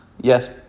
Yes